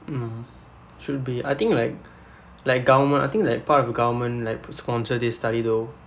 mm should be I think like like government I think like part of the government like sponsor this study though